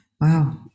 wow